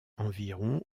environ